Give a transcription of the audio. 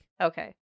okay